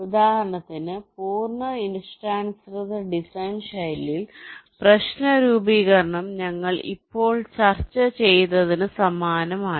ഉദാഹരണത്തിന് പൂർണ്ണ ഇഷ്ടാനുസൃത ഡിസൈൻ ശൈലിയിൽ പ്രശ്ന രൂപീകരണം ഞങ്ങൾ ഇപ്പോൾ ചർച്ച ചെയ്തതിന് സമാനമാണ്